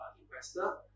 investor